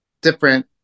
different